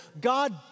God